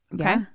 Okay